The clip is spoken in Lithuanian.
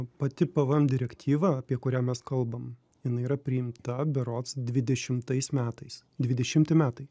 pati pvm direktyva apie kurią mes kalbam jinai yra priimta berods dvidešimtais metais dvidešimti metai